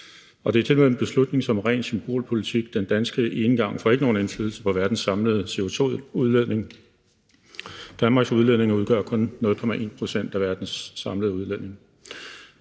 og det er tilmed en beslutning, som er ren symbolpolitik. Den danske enegang får ikke nogen indflydelse på verdens samlede CO2-udledning. Danmarks udledninger udgør kun 0,1 pct. af verdens samlede udledning.